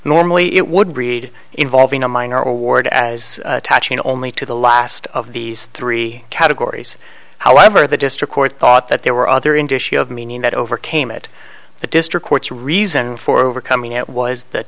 normally it would read involving a minor award as touching only to the last of these three categories however the district court thought that there were other indicia of meaning that overcame it the district courts reason for overcoming it was the